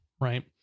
right